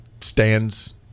stands